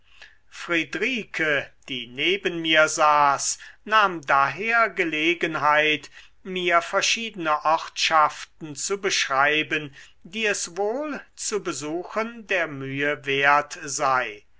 friedrike die neben mir saß nahm daher gelegenheit mir verschiedene ortschaften zu beschreiben die es wohl zu besuchen der mühe wert sei